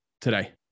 today